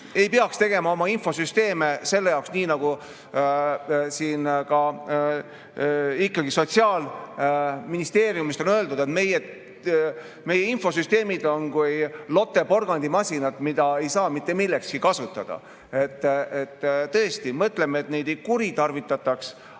ei peaks tegema oma infosüsteeme selliselt, nii nagu Sotsiaalministeeriumist on öeldud, et meie infosüsteemid on kui Lotte porgandimasinad, mida ei saa mitte millekski kasutada. Tõesti, mõtleme, et neid ei kuritarvitataks,